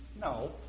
No